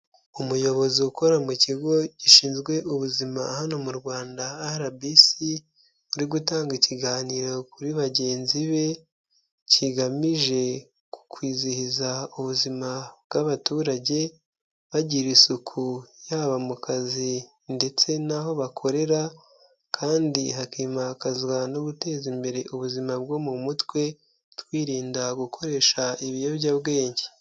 Umuyobozi ukora mu kigo gishinzwe ubuzima hano mu Rwanda RBC, uri gutanga ikiganiro kuri bagenzi be, kigamije ku kwizihiza ubuzima bw'abaturage bagira isuku, yaba mu kazi ndetse n'aho bakorera kandi hakimakazwa no guteza imbere ubuzima bwo mu mutwe, twirinda gukoresha ibiyobyabwenge.